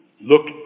Look